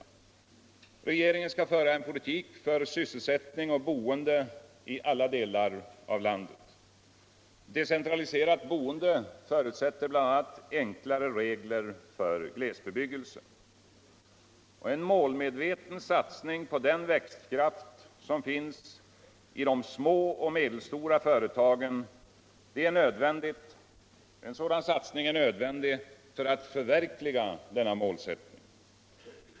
Regeringen skall föra en politik för sysselsättning och boende i alla delar av landet. Decentraliserat boende förutsätter bl.a. enklare regler för glesbebyggelse. En målmedveten satsning på den växtkraft som finns i de små och medelstora företagen är nödvändig för att förverkliga denna mäålsättning.